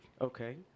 Okay